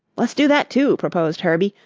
let's do that too, proposed herbie.